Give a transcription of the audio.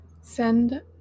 send